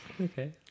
Okay